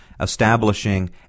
establishing